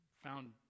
found